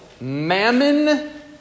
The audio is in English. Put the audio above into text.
mammon